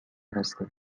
هستیم